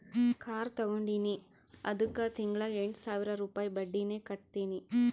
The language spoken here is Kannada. ಕಾರ್ ತಗೊಂಡಿನಿ ಅದ್ದುಕ್ ತಿಂಗಳಾ ಎಂಟ್ ಸಾವಿರ ರುಪಾಯಿ ಬಡ್ಡಿನೆ ಕಟ್ಟತಿನಿ